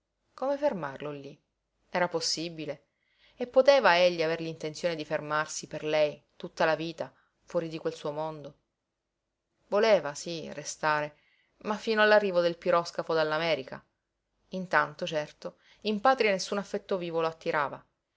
come fermarlo lí era possibile e poteva egli aver l'intenzione di fermarsi per lei tutta la vita fuori di quel suo mondo voleva sí restare ma fino all'arrivo del piroscafo dall'america intanto certo in patria nessun affetto vivo lo attirava